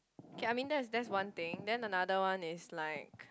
okay I mean that that's one thing then another one is like